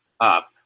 up